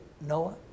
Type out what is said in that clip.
Noah